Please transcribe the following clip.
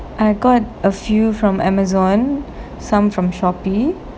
I got a few from Amazon some from Shopee